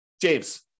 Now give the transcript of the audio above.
James